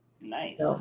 Nice